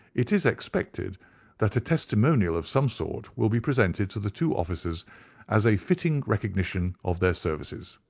it is expected that a testimonial of some sort will be presented to the two officers as a fitting recognition of their services.